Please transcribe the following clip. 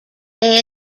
they